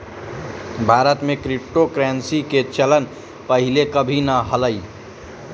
भारत में क्रिप्टोकरेंसी के चलन पहिले कभी न हलई